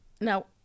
now